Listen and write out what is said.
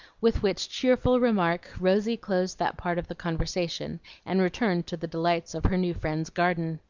with which cheerful remark rosy closed that part of the conversation and returned to the delights of her new friend's garden.